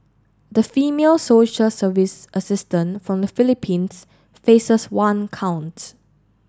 the female social service assistant from the Philippines faces one count